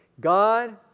God